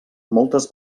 moltes